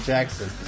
Jackson